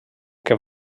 que